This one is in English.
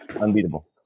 unbeatable